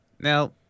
Now